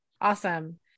Awesome